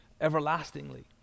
everlastingly